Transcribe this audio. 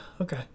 Okay